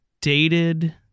dated